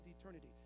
eternity